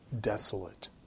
desolate